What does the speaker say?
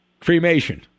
Cremation